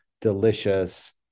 delicious